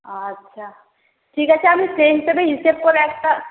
আচ্ছা ঠিক আছে আমি সেই হিসেবেই হিসেব করে একটা